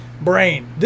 brain